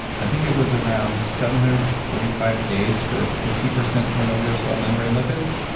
i think it was around seven hundred and forty five days for fifty percent turnover of cell membrane lipids.